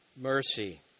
Mercy